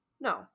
No